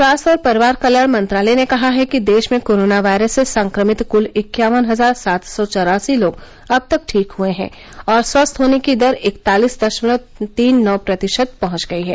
स्वास्थ्य और परिवार कल्याण मंत्रालय ने कहा है कि देश में कोरोना वायरस से संक्रमित कुल इक्यावन हजार सात सौ चौरासी लोग अब तक ठीक हुए हैं और स्वस्थ होने की दर इकतालिस दशमलव तीन नौ प्रतिशत पहुंच गयी है